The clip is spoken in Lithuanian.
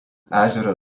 ežerą